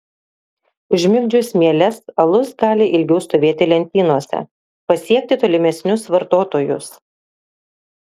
užmigdžius mieles alus gali ilgiau stovėti lentynose pasiekti tolimesnius vartotojus